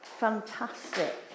Fantastic